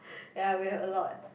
ya we have a lot